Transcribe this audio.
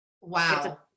Wow